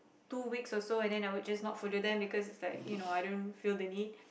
two weeks or so and then I would just not follow them because it's like you know I don't feel the need